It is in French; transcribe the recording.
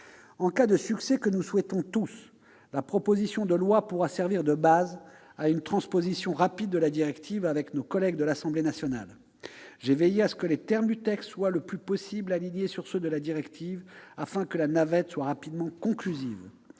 En cas de succès, ce que nous souhaitons tous, la proposition de loi pourra servir de base à une transposition rapide de la directive avec nos collègues de l'Assemblée nationale. J'ai veillé à ce que les termes du texte soient le plus possible alignés sur ceux de la directive afin que la navette soit rapidement conclusive.